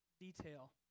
detail